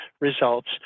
results